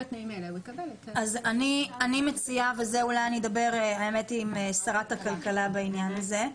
אני אדבר עם שרת הכלכלה בעניין הזה,